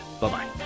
Bye-bye